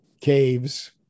caves